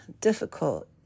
difficult